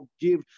give